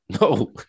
No